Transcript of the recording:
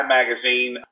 magazine